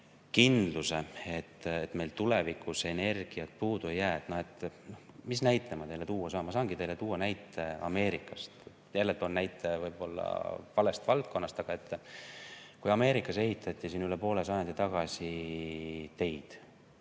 kindluse, et meil tulevikus energiat puudu ei jää. Mis näite ma teile tuua saan? Ma saan teile tuua näite Ameerikast. Jälle toon näite võib-olla valest valdkonnast, aga ikkagi. Ameerikas ehitati üle poole sajandi tagasi teid,